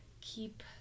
keep